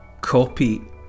copy